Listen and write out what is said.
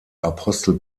apostel